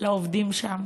לעובדים שם,